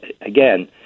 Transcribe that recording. again